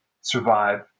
survive